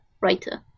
writer